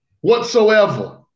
whatsoever